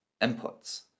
inputs